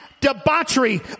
debauchery